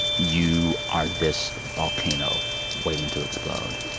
you are this volcano waiting to explode.